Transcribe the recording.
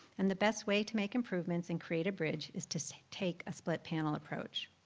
and the best way to make improvements and create a bridge is to so take a split panel approach.